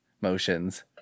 motions